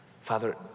Father